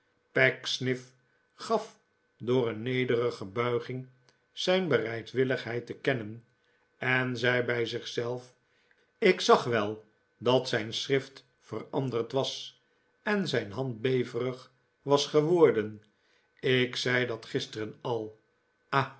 pecksniff gaf door een nederige buiging zijn bereidwilligheid te kennen en zei bij zich zelf ik zag wel dat zijn schrift veranderd was en zijn hand beverig was geworden ik zei dat gisteren al